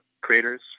creators